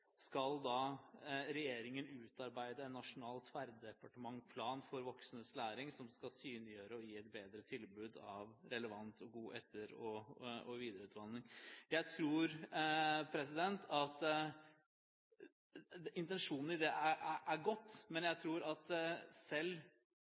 regjeringen skal utarbeide en nasjonal tverrdepartemental plan for voksnes læring som skal synliggjøre og gi et bedre tilbud av relevant og god etter- og videreutdanning. Jeg tror at intensjonen i det er